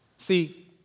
See